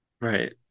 Right